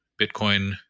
Bitcoin